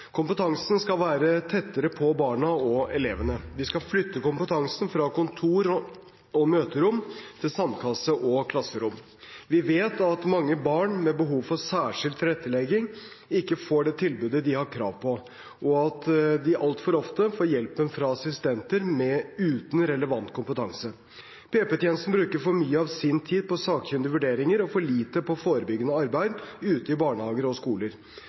Kompetansen skal være tettere på barna og elevene. Vi skal flytte kompetansen fra kontor og møterom til sandkasse og klasserom. Vi vet at mange barn med behov for særskilt tilrettelegging ikke får det tilbudet de har krav på, og at de altfor ofte får hjelpen fra assistenter uten relevant kompetanse. PP-tjenesten bruker for mye av sin tid på sakkyndige vurderinger og for lite på forebyggende arbeid ute i barnehager og skoler.